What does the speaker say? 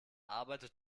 arbeitet